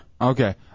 Okay